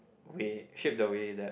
we hit the way that